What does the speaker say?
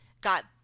got